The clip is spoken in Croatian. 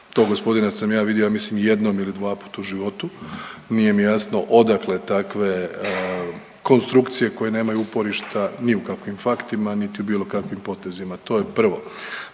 tog gospodina sam ja vidio, ja mislim jednom ili dvaput u životu, nije mi jasno odakle takve konstrukcije koje nemaju uporišta ni u kakvim faktima niti u bilo kakvim potezima, to je prvo.